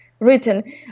written